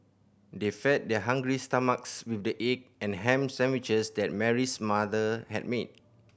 they fed their hungry stomachs with the egg and ham sandwiches that Mary's mother had made